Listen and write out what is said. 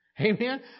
Amen